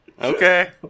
Okay